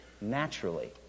naturally